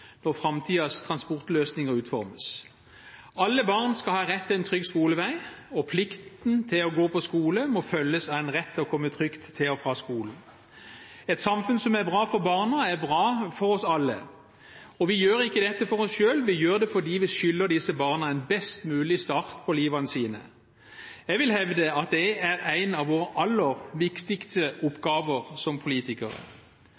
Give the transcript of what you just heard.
når framtidens transportløsninger utformes. Alle barn skal ha rett til en trygg skolevei, og plikten til å gå på skole må følges av en rett til å komme trygt til og fra skolen. Et samfunn som er bra for barna, er bra for oss alle, og vi gjør ikke dette for oss selv, vi gjør det fordi vi skylder disse barna en best mulig start på livene sine. Jeg vil hevde at det er en av våre aller viktigste